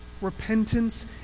Repentance